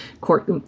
court